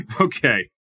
Okay